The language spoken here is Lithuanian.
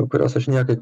kurios aš niekaip